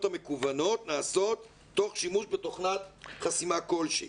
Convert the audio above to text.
המקוונות נעשות תוך שימוש בתוכנת חסימה כלשהי.